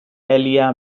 alia